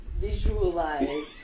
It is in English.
visualize